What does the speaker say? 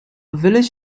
village